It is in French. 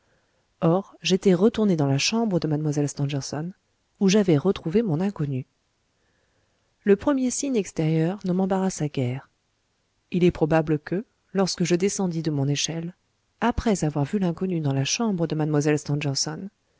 or j'étais retourné dans la chambre de mlle stangerson où j'avais retrouvé mon inconnu le premier signe extérieur ne m'embarrassa guère il est probable que lorsque je descendis de mon échelle après avoir vu l'inconnu dans la chambre de